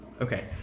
Okay